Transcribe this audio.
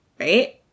right